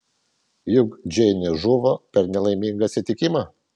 juk džeinė žuvo per nelaimingą atsitikimą